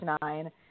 Nine